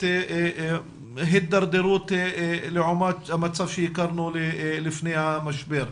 הידרדרות לעומת המצב שהכרנו לפני המשבר.